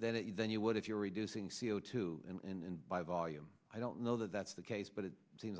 that you than you would if you're reducing c o two and by volume i don't know that that's the case but it seems